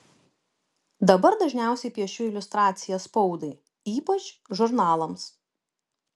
dabar dažniausiai piešiu iliustracijas spaudai ypač žurnalams